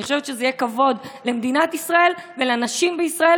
אני חושבת שזה יהיה כבוד למדינת ישראל ולנשים בישראל.